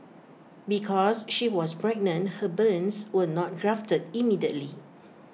because she was pregnant her burns were not grafted immediately